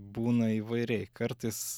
būna įvairiai kartais